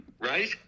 right